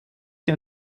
sie